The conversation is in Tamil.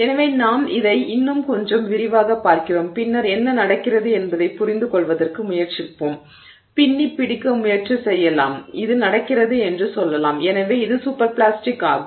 எனவே நாம் இதை இன்னும் கொஞ்சம் விரிவாகப் பார்க்கிறோம் பின்னர் என்ன நடக்கிறது என்பதைப் புரிந்துகொள்வதற்கு முயற்சிப்போம் பின்னிப் பிடிக்க முயற்சி செய்யலாம் இது நடக்கிறது என்று சொல்லலாம் எனவே இது சூப்பர் பிளாஸ்டிக் ஆகும்